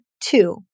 two